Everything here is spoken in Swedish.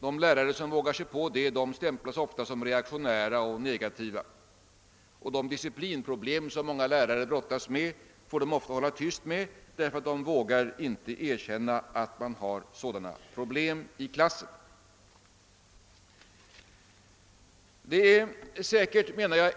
De lärare som vågar göra det stämplas ofta som reaktionära och negativa. De disciplinproblem som många lärare brottas med får de ofta hålla tyst med, ty de vågar inte erkänna att de har sådana problem.